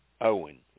Owen